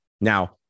Now